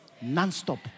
non-stop